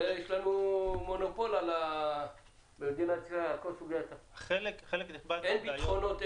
הרי יש לנו מונופול בישראל על כל סוגי --- אין בטחונות,